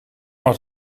had